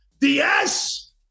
DS